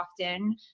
often